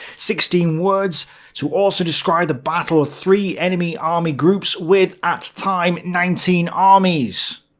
sixteen words to also describe the battle of three enemy army groups with, at time, nineteen armies!